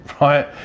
right